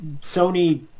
Sony